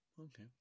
Okay